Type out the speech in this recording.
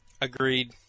Agreed